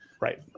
Right